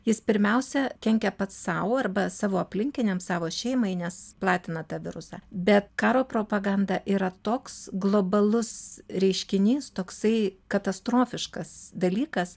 jis pirmiausia kenkia pats sau arba savo aplinkiniams savo šeimai nes platina tą virusą bet karo propaganda yra toks globalus reiškinys toksai katastrofiškas dalykas